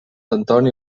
antoni